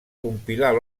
compilar